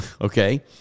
okay